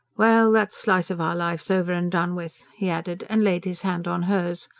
well, that slice of our life's over and done with, he added, and laid his hand on hers.